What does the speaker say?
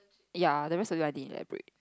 ya the rest of it I didn't elaborate